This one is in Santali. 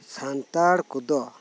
ᱥᱟᱱᱛᱟᱲ ᱠᱚᱫᱚ